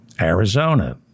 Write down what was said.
Arizona